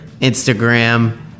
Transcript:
Instagram